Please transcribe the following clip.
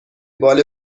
بال